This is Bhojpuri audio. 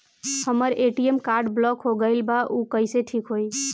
हमर ए.टी.एम कार्ड ब्लॉक हो गईल बा ऊ कईसे ठिक होई?